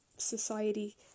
society